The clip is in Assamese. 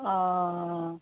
অঁ